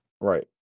Right